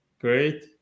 great